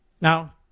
Now